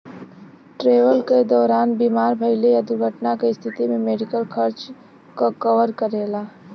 travel क दौरान बीमार भइले या दुर्घटना क स्थिति में मेडिकल खर्च क कवर करेला